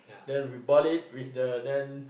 then we bought it with the then